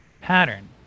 pattern